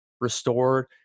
restored